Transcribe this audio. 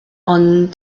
ond